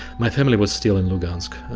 my family was still in lugansk,